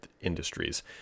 industries